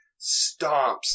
stomps